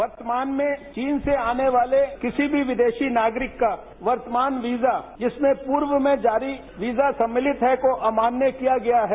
वर्तमान में चीन से आने वाले किसी भी विदेशी नागरिक का वर्तमान वीजा जिसमें पूर्व में जारी वीजा सम्मिलित है को अमान्य किया गया है